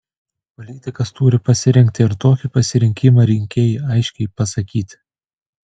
politikas turi pasirinkti ir tokį pasirinkimą rinkėjui aiškiai pasakyti